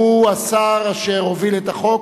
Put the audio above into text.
שהוא השר אשר הוביל את החוק,